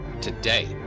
today